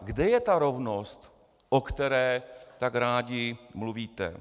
Kde je ta rovnost, o které tak rádi mluvíte?